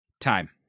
Time